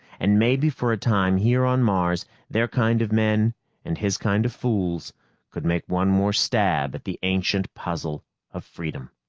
and maybe for a time here on mars their kind of men and his kind of fools could make one more stab at the ancient puzzle of freedom.